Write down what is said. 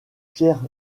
pierre